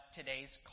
today's